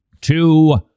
Two